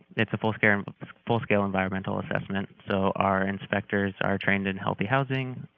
it's a full-scale and full-scale environmental assessment, so our inspectors are trained in healthy housing,